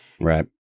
Right